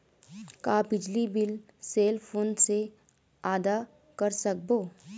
का बिजली bill cell phone से आदा कर सकबो?